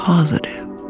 Positive